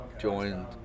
joined